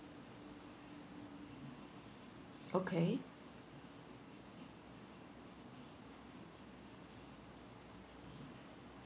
okay